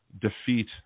defeat